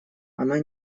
она